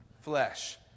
flesh